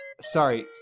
Sorry